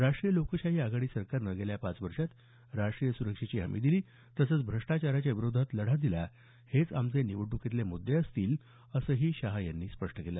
राष्ट्रीय लोकशाही आघाडी सरकारनं गेल्या पाच वर्षात राष्ट्रीय सुरक्षेची हमी दिली तसंच भ्रष्टाचाराच्या विरोधात लढा दिला हेच आमचे निवडणुकीतले मुद्दे असतील असंही शहा यांनी स्पष्ट केलं